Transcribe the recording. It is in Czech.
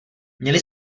měli